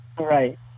right